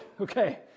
okay